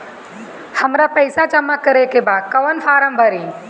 हमरा पइसा जमा करेके बा कवन फारम भरी?